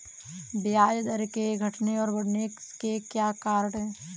ब्याज दर के घटने और बढ़ने के क्या कारण हैं?